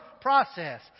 process